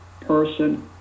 person